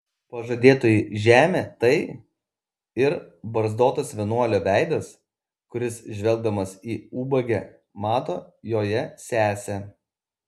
pažadėtoji žemė tai ir barzdotas vienuolio veidas kuris žvelgdamas į ubagę mato joje sesę